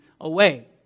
away